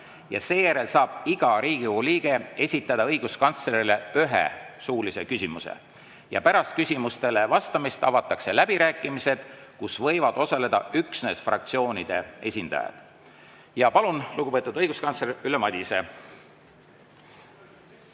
ja seejärel saab iga Riigikogu liige esitada õiguskantslerile ühe suulise küsimuse. Pärast küsimustele vastamist avatakse läbirääkimised, kus võivad osaleda üksnes fraktsioonide esindajad. Palun, lugupeetud õiguskantsler Ülle Madise!